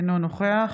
אינו נוכח